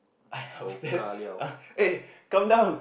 I upstairs ah eh come down